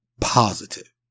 positive